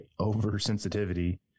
oversensitivity